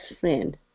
friend